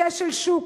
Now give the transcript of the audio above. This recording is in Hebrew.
כשל שוק.